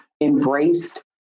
embraced